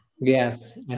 yes